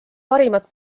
parimad